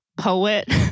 Poet